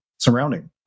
surrounding